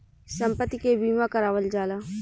सम्पति के बीमा करावल जाला